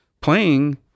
playing